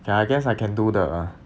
ya I guess I can do the